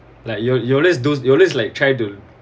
like you you always do you always like try to